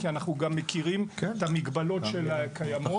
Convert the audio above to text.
כי אנחנו גם מכירים את המגבלות הקיימות,